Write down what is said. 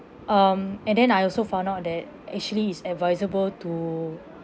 um and then I also found out that actually it's advisable to